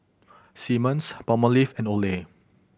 Simmons Palmolive and Olay